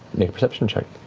make a perception check.